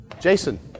Jason